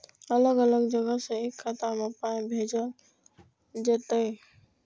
अलग अलग जगह से एक खाता मे पाय भैजल जेततै?